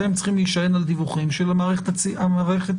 אתם צריכים להישען על דיווחים של המערכת הרפואית.